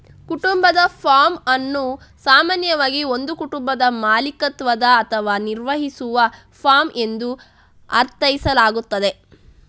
ಕುಟುಂಬದ ಫಾರ್ಮ್ ಅನ್ನು ಸಾಮಾನ್ಯವಾಗಿ ಒಂದು ಕುಟುಂಬದ ಮಾಲೀಕತ್ವದ ಅಥವಾ ನಿರ್ವಹಿಸುವ ಫಾರ್ಮ್ ಎಂದು ಅರ್ಥೈಸಲಾಗುತ್ತದೆ